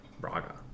Braga